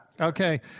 Okay